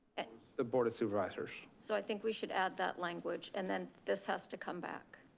the board of supervisors. so i think we should add that language, and then this has to come back.